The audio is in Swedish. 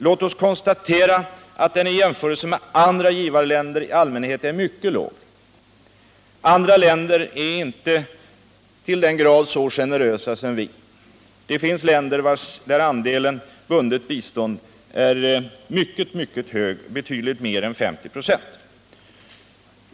Låt oss konstatera att den i jämförelse med den bundna andelen från andra givarländer i allmänhet är mycket låg. Andra länder är inte så till den grad generösa som vi. Det finns länder vilkas andel bundet bistånd är mycket stor, betydligt större än 50 96.